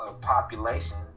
population